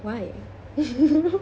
why